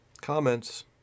comments